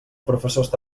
professorat